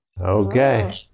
Okay